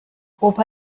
opa